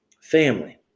family